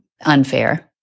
Unfair